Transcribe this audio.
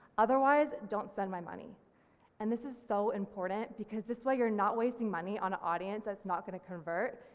otherwise don't spend my money and this is so important, because this way you're not wasting money on an audience that's not going to convert,